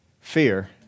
fear